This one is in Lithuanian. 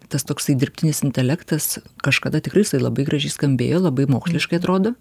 tas toksai dirbtinis intelektas kažkada tikrai jisai labai gražiai skambėjo labai moksliškai atrodo